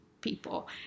people